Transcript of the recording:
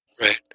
Right